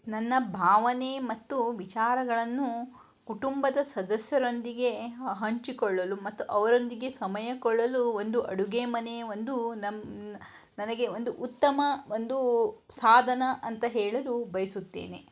ನನ್ನ ಭಾವನೆ ಮತ್ತು ವಿಚಾರಗಳನ್ನು ಕುಟುಂಬದ ಸದಸ್ಯರೊಂದಿಗೆ ಹ ಹಂಚಿಕೊಳ್ಳಲು ಮತ್ತು ಅವರೊಂದಿಗೆ ಸಮಯಕೊಳ್ಳಲು ಒಂದು ಅಡುಗೆ ಮನೆ ಒಂದು ನಮ್ಮ ನನಗೆ ಒಂದು ಉತ್ತಮ ಒಂದು ಸಾಧನ ಅಂತ ಹೇಳಲು ಬಯಸುತ್ತೇನೆ